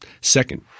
Second